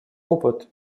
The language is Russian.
опыт